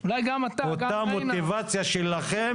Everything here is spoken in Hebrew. זה עמידה בתנאי סף ואחרי זה נבדקת בלשכת